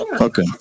okay